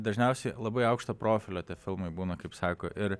dažniausiai labai aukšto profilio tie filmai būna kaip sako ir